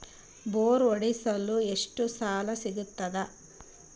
Bore ಹೊಡೆಸಲು ಎಷ್ಟು ಸಾಲ ಸಿಗತದ?